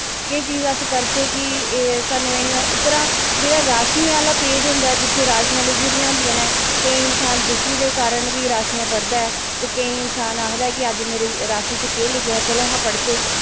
केह् चीज़ अस करदै कि सानूं एह् निं होऐ उप्परा दा जेह्ड़ा राशियें आह्ला पेज़ होंदा ऐ जित्थें राशियां लिखी दियां होंदियां न केईं इंसान दुक्खी दे कारण बी राशियां पढ़दा ऐ ते केईं इंसान आखदा अज्ज मेरी राशि च केह् लिखेआ ऐ चलो पढ़चै